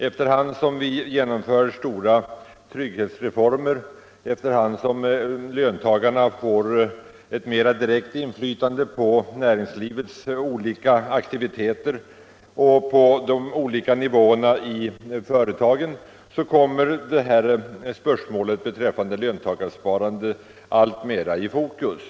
Efter hand som vi genomför stora trygghetsreformer och som löntagarna får ett mera direkt inflytande på näringslivets olika aktiviteter och på de olika nivåerna i företagen, kommer spörsmålet om löntagarsparande alltmera i fokus.